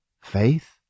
faith